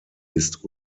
ist